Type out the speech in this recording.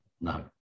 no